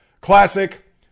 Classic